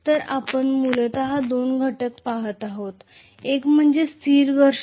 तर आपण मूलत दोन घटक पहात आहोत एक म्हणजे स्थिर घर्षण